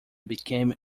became